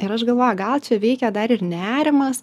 ir aš galvoju gal čia veikia dar ir nerimas